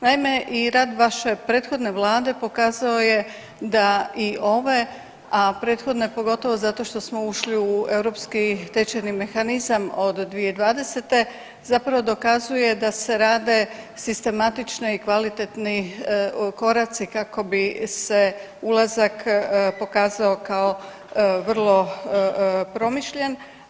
Naime i rad vaše prethodne vlade pokazao je da i ove, a prethodne pogotovo zato što smo ušli u europski tečajni mehanizam od 2020. zapravo dokazuje da se rade sistematične i kvalitetni koraci kako se ulazak pokazao kao vrlo promišljen.